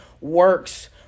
works